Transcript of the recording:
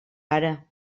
ara